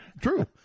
True